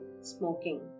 smoking